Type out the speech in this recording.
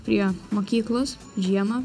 prie mokyklos žiemą